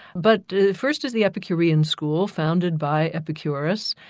but first is the epicurean school, founded by epicurus,